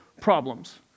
problems